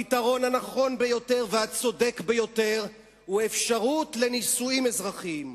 הפתרון הנכון והצודק ביותר הוא אפשרות של נישואים אזרחיים.